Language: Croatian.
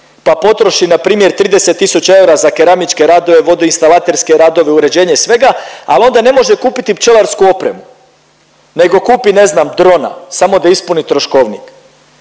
pa potroši, npr. 30 tisuća eura za keramičke radove, vodoinstalaterske radove, uređenje svega, ali onda ne može kupiti pčelarsku opremu nego kupi, ne znam, drona samo da ispuni troškovnik.